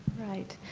right,